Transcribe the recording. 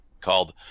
called